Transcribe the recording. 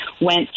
went